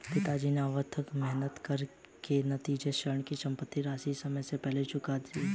पिताजी ने अथक मेहनत कर के निजी ऋण की सम्पूर्ण राशि समय से पहले चुकता कर दी